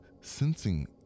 sensing